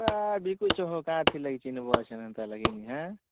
ପୁହା ବିକୁଛ ହୋ କାଏଁଥିର ଲାଗି ଚିହ୍ନବ ଏଛେନ ଏନ୍ତା ଲାଗିନି ହେଁ